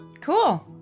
Cool